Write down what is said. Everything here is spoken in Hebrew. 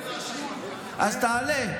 צריך להשיב, אז תענה.